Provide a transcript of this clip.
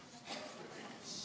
בזמנים.